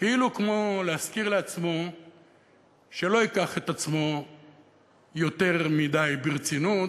כאילו כמו להזכיר לעצמו שלא ייקח את עצמו יותר מדי ברצינות,